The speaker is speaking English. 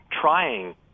trying